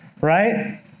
right